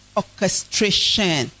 orchestration